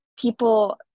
people